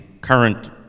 current